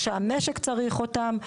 שהמשק צריך אותם,